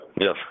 yes